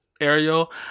Ariel